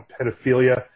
pedophilia